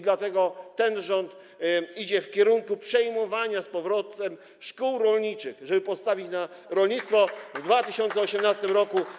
Dlatego ten rząd idzie w kierunku przejmowania, przyjmowania z powrotem szkół rolniczych, żeby postawić na rolnictwo w 2018 r.